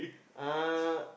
uh